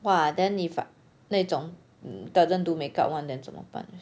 !wah! then if ah 那种 doesn't do make up [one] then 怎么办